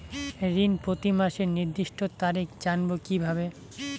ঋণ প্রতিমাসের নির্দিষ্ট তারিখ জানবো কিভাবে?